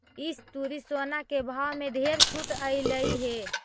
इस तुरी सोना के भाव में ढेर छूट अएलई हे